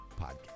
podcast